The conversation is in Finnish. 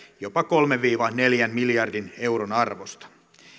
jopa kolmen viiva neljän miljardin euron arvosta